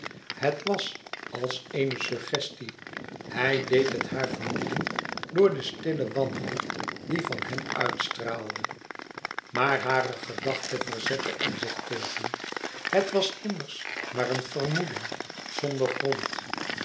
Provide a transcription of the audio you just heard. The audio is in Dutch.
het was als eene suggestie hij deed het haar vermoeden door de stille wanhoop die van hem uitstraalde maar hare gedachte verzette er zich tegen het was immers maar een vermoeden zonder grond